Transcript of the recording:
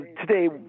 today